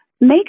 make